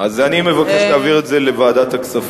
ועדת הכספים.